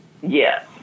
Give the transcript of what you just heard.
Yes